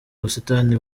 ubusitani